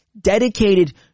dedicated